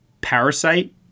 Parasite